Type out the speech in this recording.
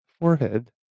forehead